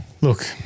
Look